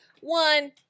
One